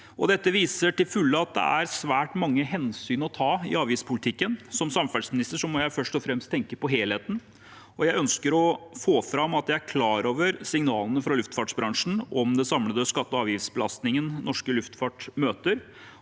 Dette viser til fulle at det er svært mange hensyn å ta i avgiftspolitikken. Som samferdselsminister må jeg først og fremst tenke på helheten. Jeg ønsker å få fram at jeg er klar over signalene fra luftfartsbransjen om den samlede skatte- og avgiftsbelastningen norsk luftfart møter,